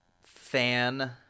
fan